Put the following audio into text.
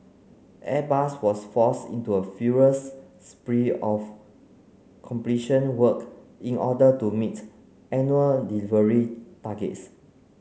Airbus was forced into a furious spree of completion work in order to meet annual delivery targets